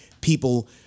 people